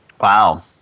Wow